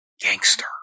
gangster